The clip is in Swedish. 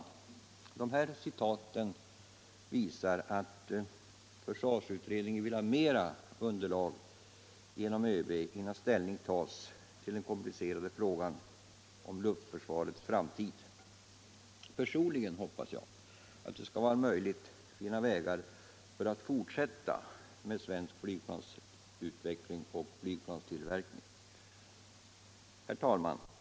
Dessa citat visar att 1974 års försvarsutredning vill ha mera underlag genom ÖB innan ställning tas till den komplicerade frågan om luftförsvarets framtid. Personligen hoppas jag att det skall vara möjligt - Nr 88 att finna vägar att fortsätta med svensk flygplansutveckling och flygplanstillverkning.